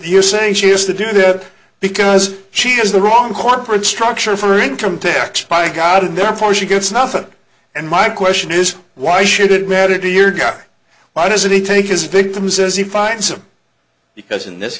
you saying she has to do that because she has the wrong corporate structure for income tax by god and therefore she gets nothing and my question is why should it matter to your guy why doesn't he take his victims as he finds them because in this